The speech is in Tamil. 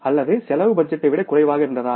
அல்லது செலவு பட்ஜெட்டை விட குறைவாக இருந்ததா